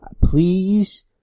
please